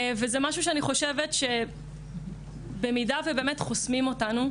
וזה משהו שאני חושבת שבמידה ובאמת חוסמים אותנו,